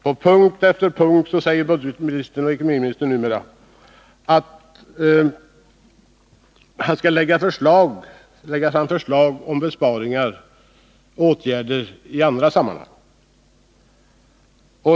På punkt efter punkt säger budgetoch ekonomiministern att han skall lägga fram förslag om besparingsåtgärder i andra sammanhang.